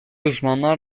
uzmanlar